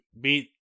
beat